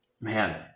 Man